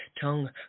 tongue